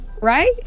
right